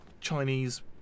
Chinese